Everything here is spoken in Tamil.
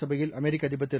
சபையில்அ மெரிக்கஅதிபர்திரு